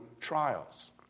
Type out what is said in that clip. trials